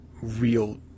real